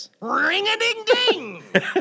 Ring-a-ding-ding